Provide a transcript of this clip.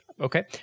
Okay